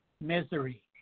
misery